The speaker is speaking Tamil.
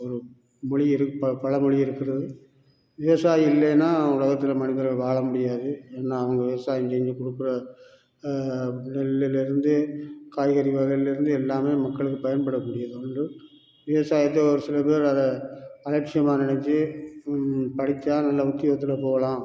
ஒரு மொழி இருக் ப பழமொழியே இருக்குது விவசாயம் இல்லைன்னா உலகத்தில் மனிதர்கள் வாழ முடியாது ஏன்னா அவங்க விவசாயம் செஞ்சு கொடுக்கற நெல்லுலேருந்து காய்கறி வகைலேருந்து எல்லாம் மக்களுக்கு பயன்படக்கூடியது வந்துட்டு விவசாயத்தை ஒரு சில பேர் அதை அலட்சியமாக நினைச்சி படிச்சால் நல்ல உத்தியோகத்தில் போகலாம்